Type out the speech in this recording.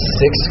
six